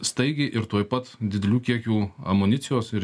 staigiai ir tuoj pat didelių kiekių amunicijos ir